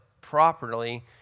properly